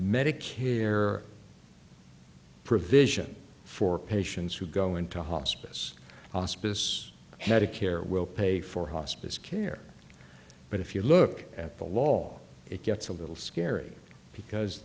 medic here provision for patients who go into hospice hospice had a care will pay for hospice care but if you look at the law it gets a little scary because